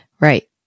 Right